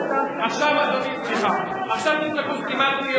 עכשיו תצעקו: סתימת פיות,